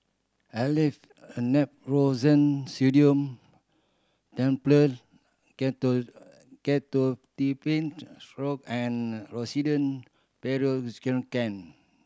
Aleve Naproxen Sodium Tablet Ketotifen Syrup and Rosiden Piroxicam